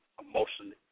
emotionally